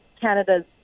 Canada's